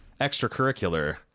extracurricular